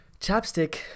chapstick